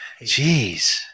Jeez